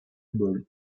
ball